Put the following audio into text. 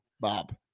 Bob